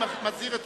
אני מזהיר אתכם.